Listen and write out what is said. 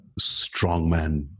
strongman